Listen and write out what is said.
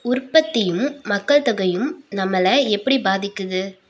உற்பத்தியும் மக்கள் தொகையும் நம்மளை எப்படி பாதிக்குது